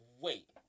Wait